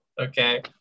Okay